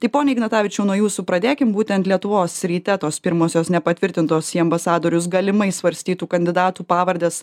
tai pone ignatavičiau nuo jūsų pradėkim būtent lietuvos ryte tos pirmosios nepatvirtintos į ambasadorius galimai svarstytų kandidatų pavardės